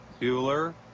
Bueller